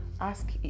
Ask